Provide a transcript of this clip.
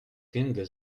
finger